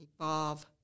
evolve